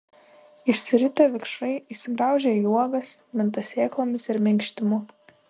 išsiritę vikšrai įsigraužia į uogas minta sėklomis ir minkštimu